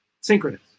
synchronous